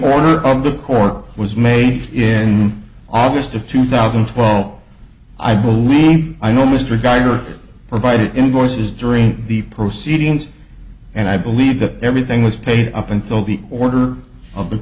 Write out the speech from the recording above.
order of the court was made in august of two thousand and twelve i believe i know mr gardner provided invoices during the proceedings and i believe that everything was paid up until the order of the